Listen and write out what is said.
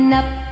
up